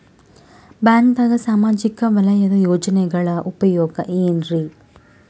ಬ್ಯಾಂಕ್ದಾಗ ಸಾಮಾಜಿಕ ವಲಯದ ಯೋಜನೆಗಳ ಉಪಯೋಗ ಏನ್ರೀ?